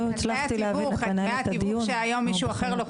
דמי התיווך שאותם לוקח היום מישהו,